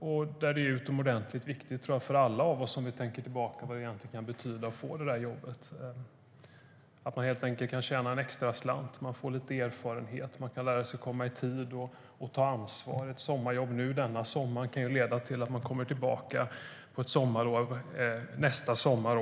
Om vi tänker tillbaka är det utomordentligt viktigt för alla, vad det kan betyda att få det jobbet. Man kan tjäna en extra slant, man får lite erfarenhet, och man kan lära sig att komma i tid och ta ansvar. Ett sommarjobb denna sommar kan leda till att man kommer tillbaka också nästa sommar.